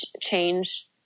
change